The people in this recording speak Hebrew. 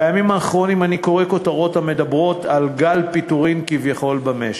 בימים האחרונות אני קורא כותרות המדברות על גל פיטורים כביכול במשק.